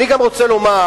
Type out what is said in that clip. אני גם רוצה לומר